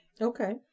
Okay